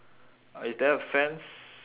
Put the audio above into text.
uh is there a fence